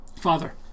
Father